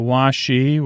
Washi